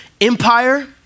empire